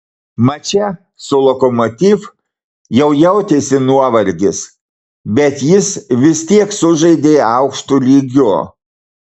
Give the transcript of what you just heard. mače su lokomotiv jau jautėsi nuovargis bet jis vis tiek sužaidė aukštu lygiu